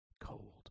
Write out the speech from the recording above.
cold